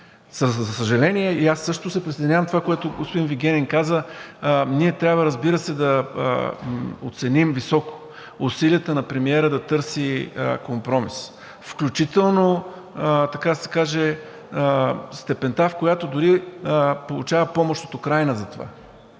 За съжаление, и аз също се присъединявам към това, което господин Вигенин каза – ние трябва, разбира се, да оценим високо усилията на премиера да търси компромис, включително така да се каже степента, в която дори получава помощ от Украйна за това.